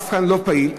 "רב-קו" לא פעיל,